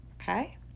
okay